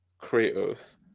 Kratos